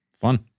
Fun